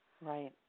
Right